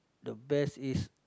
the best is